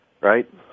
right